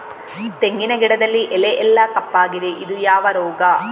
ತೆಂಗಿನ ಗಿಡದಲ್ಲಿ ಎಲೆ ಎಲ್ಲಾ ಕಪ್ಪಾಗಿದೆ ಇದು ಯಾವ ರೋಗ?